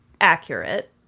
accurate